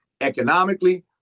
economically